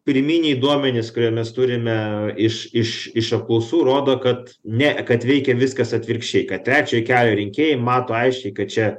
pirminiai duomenys kurie mes turime iš iš iš apklaustųjų rodo kad ne kad veikia viskas atvirkščiai kad trečiąjį kelią rinkėjai mato aiškiai kad čia